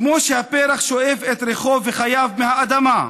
כמו שהפרח שואב את ריחו וחייו מהאדמה,